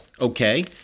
Okay